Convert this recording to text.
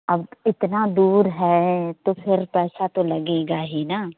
अब इतना दूर है तो फिर पैसा तो लगेगा ही न